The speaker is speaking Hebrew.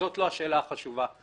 לא זאת השאלה החשובה.